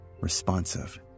responsive